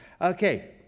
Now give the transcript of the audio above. Okay